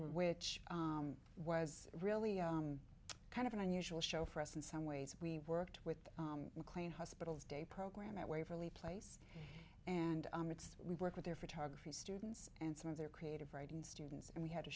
which was really kind of an unusual show for us in some ways we worked with mclean hospital's day program that waverly place and we work with their photography students and some of their creative writing students and we had a